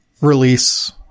release